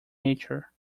nature